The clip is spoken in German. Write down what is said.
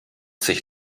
sich